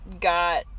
got